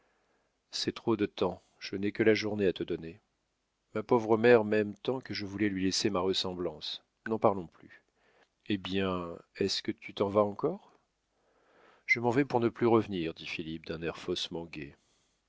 c'est trop de temps je n'ai que la journée à te donner ma pauvre mère m'aime tant que je voulais lui laisser ma ressemblance n'en parlons plus eh bien est-ce que tu t'en vas encore je m'en vais pour ne plus revenir dit philippe d'un air faussement gai